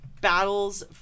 battles